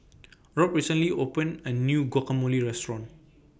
Robb recently opened A New Guacamole Restaurant